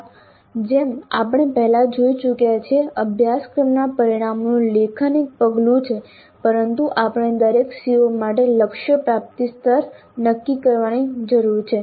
જેમ આપણે પહેલા જોઈ ચૂક્યા છીએ અભ્યાસક્રમના પરિણામોનું લેખન એક પગલું છે પરંતુ આપણે દરેક CO માટે લક્ષ્ય પ્રાપ્તિ સ્તર નક્કી કરવાની જરૂર છે